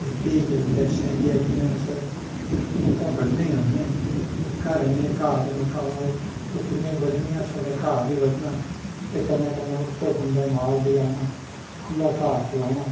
ते भी जिसलै सैरियै दिनैं अस मक्कां बड्ढने गी औन्नें घर औन्नें घा ते कुक्कड़ियां बड्ढनियां ते घा बी बड्ढना ते कन्नै कन्नै उत्तै खुंबै माल बी लाना खु'ल्ला घा खलाना